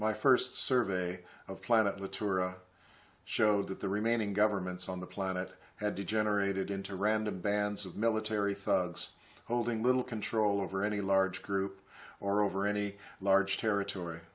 my first survey of planet of the tour showed that the remaining governments on the planet had degenerated into random bands of military thugs holding little control over any large group or over any large territory